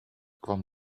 kwam